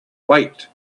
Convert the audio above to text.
wait